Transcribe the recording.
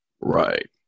Right